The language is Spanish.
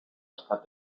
hasta